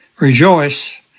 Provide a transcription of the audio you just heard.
Rejoice